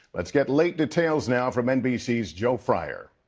let's get late details now from nbc's joe fryer.